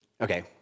Okay